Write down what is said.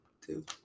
two